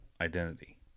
identity